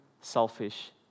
selfish